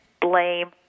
blame